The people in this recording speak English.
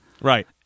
right